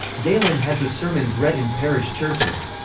galen had the sermons read in parish churches.